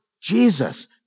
Jesus